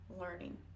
learning